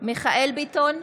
מיכאל מרדכי ביטון,